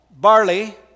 barley